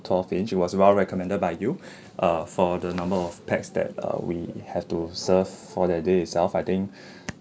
twelve inch it was well recommended by you uh for the number of pax that uh we have to serve for that day itself I think